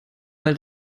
weil